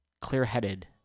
clear-headed